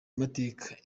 amateka